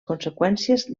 conseqüències